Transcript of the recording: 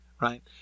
Right